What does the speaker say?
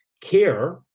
care